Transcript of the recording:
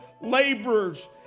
laborers